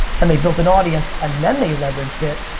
and they built an audience, and then they leveraged it.